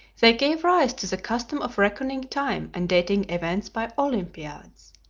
they gave rise to the custom of reckoning time and dating events by olympiads.